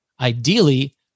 Ideally